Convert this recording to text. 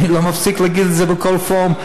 אני לא מפסיק להגיד את זה בכל פורום.